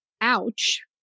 ouch